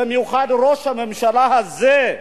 במיוחד ראש הממשלה הזה,